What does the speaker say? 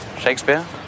Shakespeare